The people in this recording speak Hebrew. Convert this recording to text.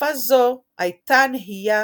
בתקופה זו הייתה נהייה